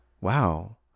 Wow